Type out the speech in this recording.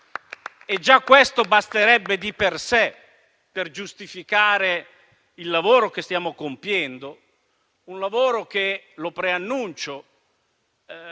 Già questo basterebbe di per sé per giustificare il lavoro che stiamo compiendo e che - lo preannuncio